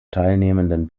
teilnehmenden